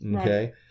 Okay